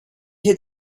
had